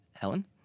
Helen